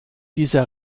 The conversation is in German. dieser